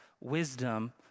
wisdom